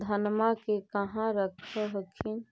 धनमा के कहा रख हखिन?